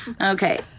okay